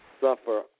suffer